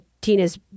tina's